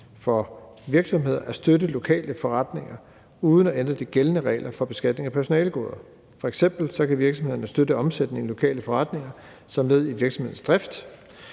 for virksomheder at støtte lokale forretninger, uden at der bliver ændret i de gældende regler for beskatning af personalegoder. F.eks. kan virksomhederne støtte omsætningen i de lokale forretninger som led i virksomhedens drift,